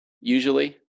usually